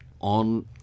on